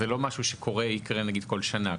זה לא משהו שקורה או יקרה כל שנה?